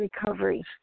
recovery